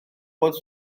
bod